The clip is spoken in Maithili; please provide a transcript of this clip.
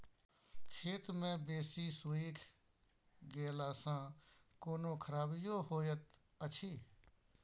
खेत मे बेसी सुइख गेला सॅ कोनो खराबीयो होयत अछि?